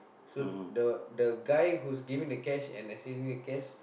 so the the guy who's giving the cash and receiving the cash